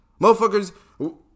Motherfuckers